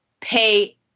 pay